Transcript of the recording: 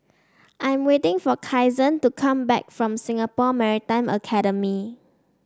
I'm waiting for Kyson to come back from Singapore Maritime Academy